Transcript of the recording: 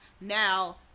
now